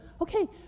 Okay